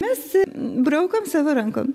mes braukom savo rankom